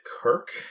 Kirk